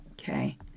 okay